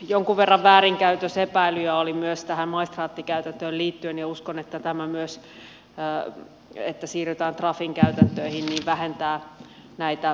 jonkun verran väärinkäytösepäilyjä oli myös tähän maistraattikäytäntöön liittyen ja uskon että tämä myös että siirrytään trafin käytäntöihin vähentää näitä väärinkäytöksiä